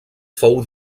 fou